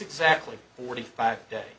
exactly forty five day